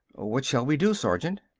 what shall we do, sergeant?